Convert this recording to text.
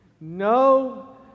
no